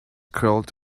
curled